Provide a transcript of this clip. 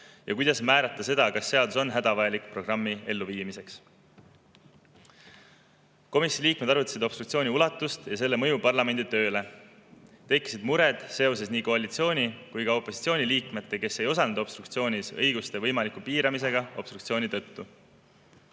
ja kuidas määrata seda, kas seadus on hädavajalik programmi elluviimiseks. Komisjoni liikmed arutasid obstruktsiooni ulatust ja selle mõju parlamendi tööle. Tekkisid mured seoses nii koalitsiooni kui ka opositsiooni nende liikmete õiguste, kes ei osalenud obstruktsioonis, võimaliku piiramisega obstruktsiooni tõttu.